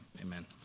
amen